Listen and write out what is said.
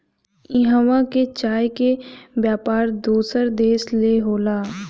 इहवां के चाय के व्यापार दोसर देश ले होला